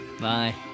Bye